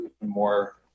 more